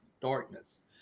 darkness